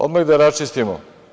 Odmah da raščistimo.